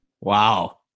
Wow